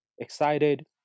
Excited